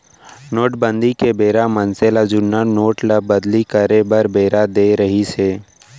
नोटबंदी के बेरा मनसे ल जुन्ना नोट ल बदली करे बर बेरा देय रिहिस हे